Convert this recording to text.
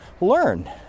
learn